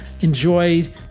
Enjoy